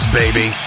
baby